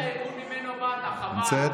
נמצאת?